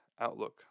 outlook